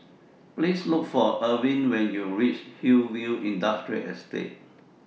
Please Look For Irvin when YOU REACH Hillview Industrial Estate